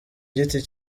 giti